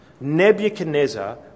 Nebuchadnezzar